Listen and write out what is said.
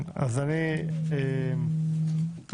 אני